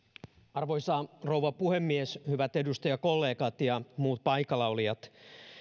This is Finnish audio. arvoisa rouva puhemies hyvät edustajakollegat ja muut paikalla olijat